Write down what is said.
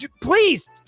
Please